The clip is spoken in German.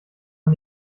man